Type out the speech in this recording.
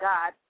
God